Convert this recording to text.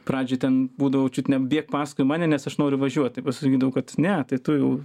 pradžioj ten būdavo čiut ne bėk paskui mane nes aš noriu važiuot tai pasakydavau kad ne tai tu